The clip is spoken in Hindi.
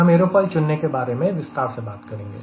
हम एयरोफॉयल चुनने के बारे विस्तार से बात करेंगे